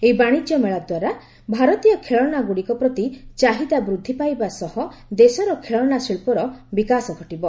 ଏହି ବାଣିଜ୍ୟମେଳା ଦ୍ୱାରା ଭାରତୀୟ ଖେଳଶାଗୁଡ଼ିକ ପ୍ରତି ଚାହିଦା ବୃଦ୍ଧି ପାଇବା ସହ ଦେଶର ଖେଳଣା ଶିଳ୍ପର ବିକାଶ ଘଟିବ